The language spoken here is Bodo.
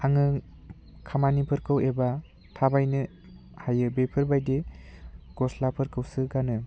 आङो खामानिफोरखौ एबा थाबायनो हायो बेफोरबायदि गस्लाफोरखौसो गानो